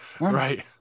Right